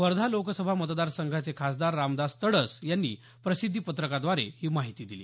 वर्धा लोकसभा मतदार संघाचे खासदार रामदास तडस यांनी प्रसिध्दी पत्रकाद्वारे ही माहिती दिली